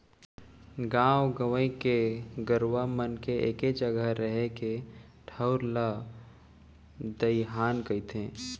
गॉंव गंवई के गरूवा मन के एके जघा रहें के ठउर ला दइहान कथें